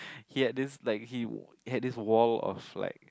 he had this like he had this wall of like